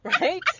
Right